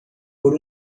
por